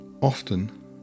often